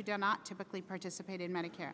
who do not typically participate in medicare